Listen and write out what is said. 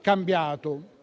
cambiato.